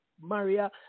Maria